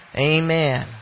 Amen